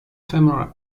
femoral